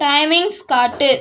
timings காட்டு